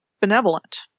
benevolent